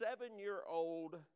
seven-year-old